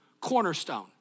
cornerstone